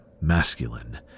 masculine